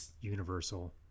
Universal